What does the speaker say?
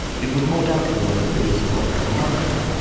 it was more doubtful whether phileas fogg was a londoner.